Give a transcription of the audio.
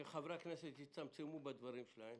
חברי הכנסת יצמצמו בדבריהם,